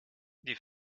die